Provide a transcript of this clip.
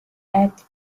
act